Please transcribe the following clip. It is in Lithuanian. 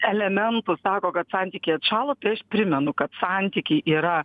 elementų sako kad santykiai atšalo tai aš primenu kad santykiai yra